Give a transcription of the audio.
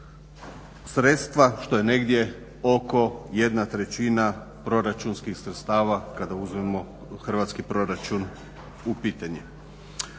sredstava što je negdje oko 1/3 proračunskih sredstava kada uzmemo hrvatski proračun u pitanje.